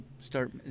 start